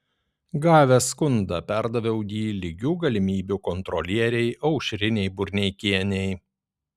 gavęs skundą perdaviau jį lygių galimybių kontrolierei aušrinei burneikienei